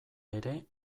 ere